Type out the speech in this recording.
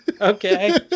okay